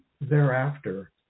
thereafter